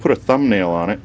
put a thumbnail on it